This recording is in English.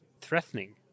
threatening